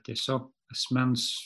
tiesiog asmens